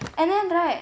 and then right